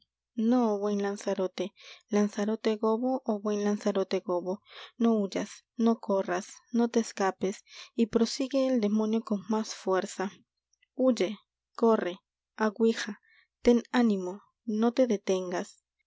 no buen lanzarote lanzarote gobbo ó buen lanzarote gobbo no huyas no corras no te escapes y prosigue el demonio con más fuerza huye corre aguija ten ánimo no te detengas